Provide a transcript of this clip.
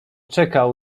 czekał